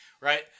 Right